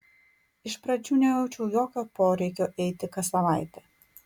iš pradžių nejaučiau jokio poreikio eiti kas savaitę